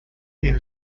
این